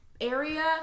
area